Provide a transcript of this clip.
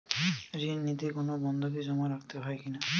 ঋণ নিতে কোনো বন্ধকি জমা রাখতে হয় কিনা?